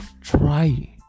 try